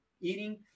eating